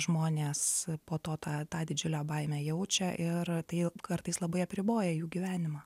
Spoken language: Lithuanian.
žmonės po to tą tą didžiulę baimę jaučia ir tai kartais labai apriboja jų gyvenimą